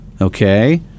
okay